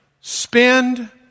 spend